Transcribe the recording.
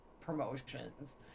promotions